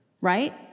right